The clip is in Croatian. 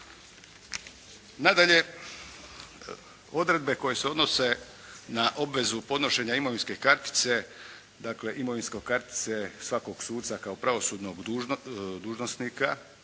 Nadalje, odredbe koje se odnose na obvezu podnošenja imovinske kartice, dakle imovinske kartice svakog suca kao pravosudnog dužnosnika